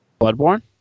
Bloodborne